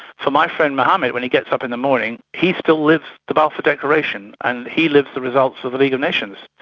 for my friend mohammed when he gets up in the morning, he still lives the balfour declaration and he lives the results of the league of nations.